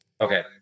Okay